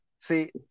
See